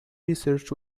research